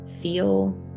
feel